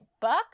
Buck